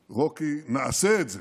"רוקי, נעשה את זה".